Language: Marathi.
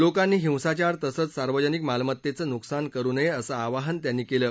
लोकांनी हिंसाचार तसंच सार्वजनिक मालमत्तद्वीनुकसान करू नया असं आवाहन त्यांनी कळि